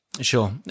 Sure